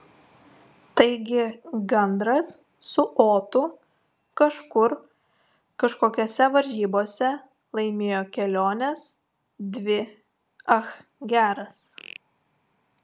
taigi gandras su otu kažkur kažkokiose varžybose laimėjo keliones dvi ach geras